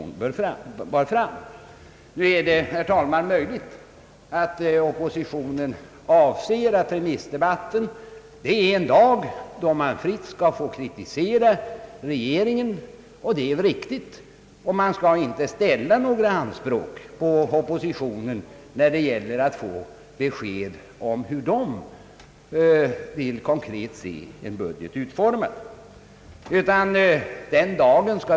Nu är det, herr talman, möjligt att oppositionen anser att man under remissdebatten fritt skall få kritisera regeringen — och det är riktigt — och att det inte skall ställas anspråk på att oppositionen skall ge besked om hur man konkret vill se en budget utformad.